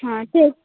हां ते